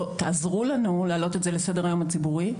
"תעזרו לנו להעלות את זה לסדר היום הציבורי,